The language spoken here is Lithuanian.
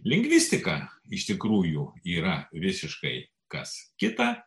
lingvistika iš tikrųjų yra visiškai kas kita